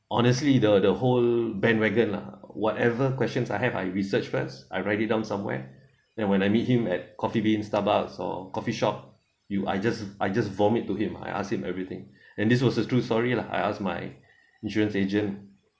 honestly the the whole bandwagon lah whatever questions I have I research first I write it down somewhere and when I meet him at coffee bean starbucks or coffee shop you I just I just vomit to him I ask him everything and this was the true story lah I asked my insurance agent